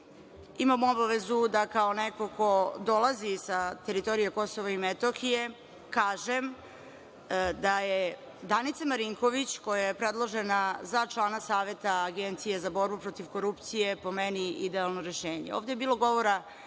imam obavezu da kao neko ko dolazi sa teritorije KiM kažem da je Danica Marinković, koja je predložena za člana Saveta Agencije za borbu protiv korupcije, je po meni idealno rešenje. Ovde